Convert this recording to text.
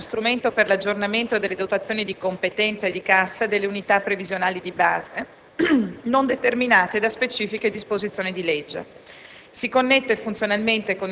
Allo stato attuale, esso rimane uno strumento per l'aggiornamento delle dotazioni di competenza e di cassa delle unità previsionali di base non determinate da specifiche disposizioni di legge;